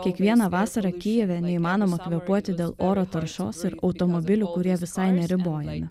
kiekvieną vasarą kijeve neįmanoma kvėpuoti dėl oro taršos ir automobilių kurie visai neribojami